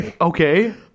okay